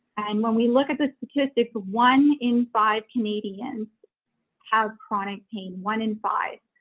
and when we look at the statistics, one in five canadians have chronic pain one in five.